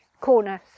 corners